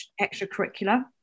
extracurricular